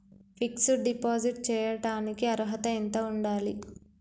Fix డ్ deposit చేయటానికి అర్హత ఎంత ఉండాలి?